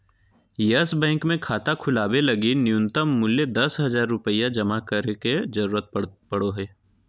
yes Bank मे खाता खोलवावे लगी नुय्तम मूल्य दस हज़ार रुपया जमा करे के जरूरत पड़ो हय